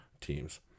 teams